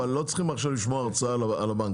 אבל אנחנו לא צריכים לשמוע עכשיו הרצאה על הבנקים.